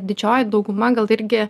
didžioji dauguma gal irgi